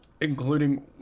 Including